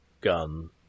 gun